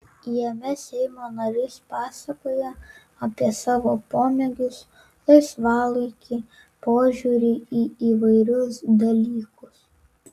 jame seimo narys pasakoja apie savo pomėgius laisvalaikį požiūrį į įvairius dalykus